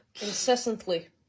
Incessantly